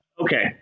Okay